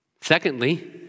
Secondly